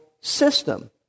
system